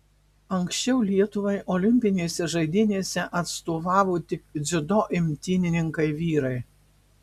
anksčiau lietuvai olimpinėse žaidynėse atstovavo tik dziudo imtynininkai vyrai